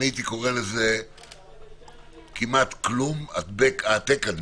אני הייתי קורא לזה "כמעט כלום", "העתק-הדבק".